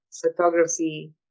photography